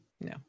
No